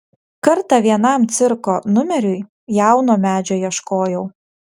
kartą vienam cirko numeriui jauno medžio ieškojau